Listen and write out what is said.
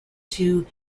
two